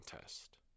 test